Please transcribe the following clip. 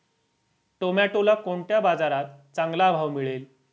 टोमॅटोला कोणत्या बाजारात चांगला भाव मिळेल?